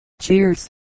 cheers